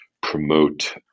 promote